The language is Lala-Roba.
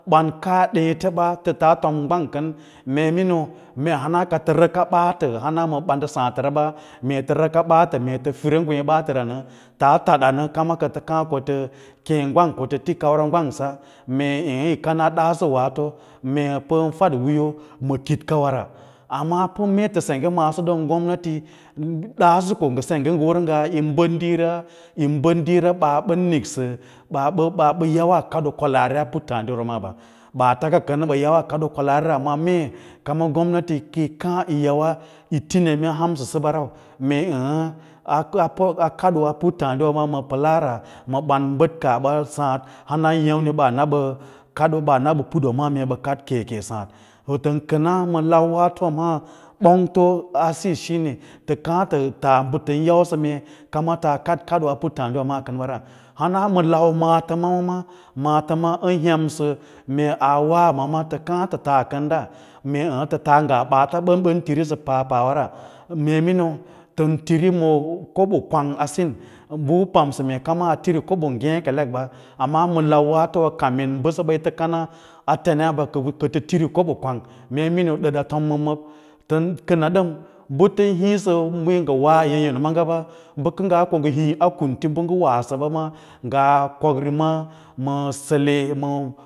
Ɓan kaa děěte ɓa kə taa tom gwang kəm mee miniu̍, mee hana ka tə rəka ɓaatə hana a ma ɓandə sǎǎtə ɓa mee tə rəka ɓaaatə mee tə fira ngweẽ ɓaatəra nə taa tadanə kam kə tə kaã wo tə keẽ gwang kənso tə tí kaura gwangsa mue eẽ yi kara daso wato mee pən fadwiiyo ma kikawa ra amma pə mee tə sengge maaso ɗəm gomnati ɗaaso ko ngə sengge ngə wər ngaa yin bəd diira baa ɓən niksə ɓaa ɓə yawah kaɗoo kwalaari a puttɗiwa maa ɓa, ɓaata ka kən ɓə yauwa kadoo kwalaari amma me kama gomnati kiyi kaã yi yawa yi ti neme a hansə dəba rau mee ə̌ə̌ ɓaa kə baa pər kadoo a puttadima ma pəlari ma ban bəd kaah ɓa saãdba hana ya’mni ɓa na ɓə kad, ɓaa na ɓə putwa maa mee ɓə kad keke sǎǎd wǎ tən kəna ma lau waatowa maa ɓongto a sin shine tə kaã tə taa mbe tən yausə mee kama ta kad kada a puttǎǎdiwa maa kən wa ra hana ma lau maatəmawǎ ma ma təma ɓən himsə mee aa wa ma maa tə kaã tə taa kən da, mee əə̃ tə taa ngaa ɓaata u ɓən tiri sə papawara me mīníu tən tiri ma kobo kwang a sīn ən bə pamsə mee kama a tiri kobo ngek ɓa, amma ma lau wato kamin a kem bəsa ka wo mee yi tə kana tani harba kə tə tiri məb məb, ən kəna ɗən ɓa tə hiisə meee ngə wa yəlyəl manga ɓa bə kə ngaa ko ngə hiĩ a kunti bə ngə wa səba ma ngaa komríma ma sele ma.